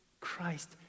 Christ